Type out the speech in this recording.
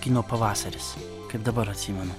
kino pavasaris kaip dabar atsimenu